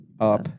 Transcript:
up